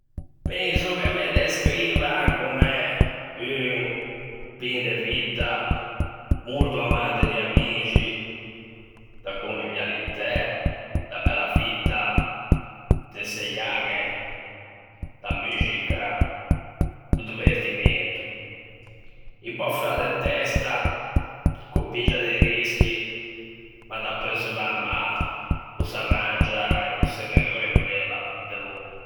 Penso che me descrivan comme un pin de vitta, molto amante di amixi, da convivialitæ, da bella vitta, de seiañe, da muxica, do divertimento; un pö feua de testa, ch'o piggia di rischi, ma dapeu se va mâ o s'arrangia e se renoela delongo.